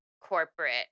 corporate